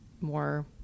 more